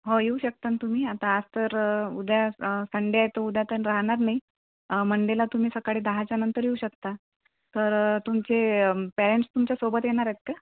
हो येऊ शकता ना तुम्ही आता आज तर उद्या संडे आहे तर उद्या तर राहणार नाही मंडेला तुम्ही सकाळी दहाच्यानंतर येऊ शकता तर तुमचे पेरेंट्स तुमच्यासोबत येणार आहेत का